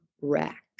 Rack